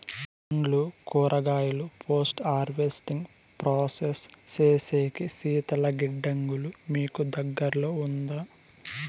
పండ్లు కూరగాయలు post harvesting process సేసేకి శీతల గిడ్డంగులు మీకు దగ్గర్లో ఉందా?